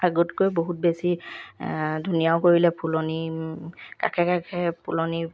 আগতকৈ বহুত বেছি ধুনীয়াও কৰিলে ফুলনি কাষে কাষে ফুলনি